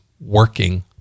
working